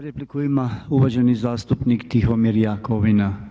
Repliku ima uvaženi zastupnik Tihomir Jakovina.